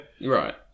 Right